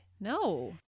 No